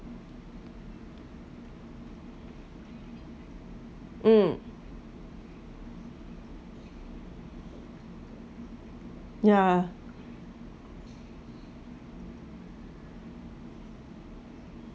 mm yeah